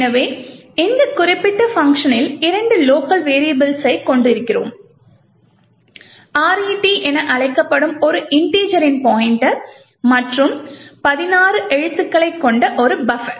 எனவே இந்த குறிப்பிட்ட பங்க்ஷனில் இரண்டு லோக்கல் வெரியபுள்ஸை கொண்டிருக்கிறோம் RET என அழைக்கப்படும் ஒரு இன்டிஜரின் பாய்ண்ட்டர் மற்றும் 16 எழுத்துக்களைக் கொண்ட ஒரு பஃபர்